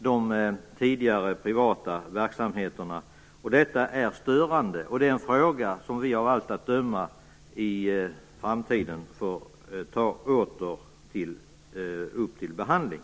de tidigare privata verksamheterna, och detta är störande. Det är en fråga som vi av allt att döma i framtiden åter får ta upp till behandling.